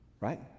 right